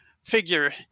figure